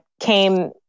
came